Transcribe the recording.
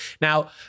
Now